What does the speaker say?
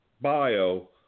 bio